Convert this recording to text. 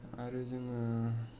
आरो जोङो